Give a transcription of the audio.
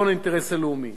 אותו דבר אנחנו, חברי הכנסת.